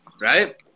Right